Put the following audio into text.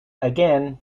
again